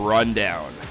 Rundown